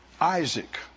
Isaac